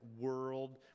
world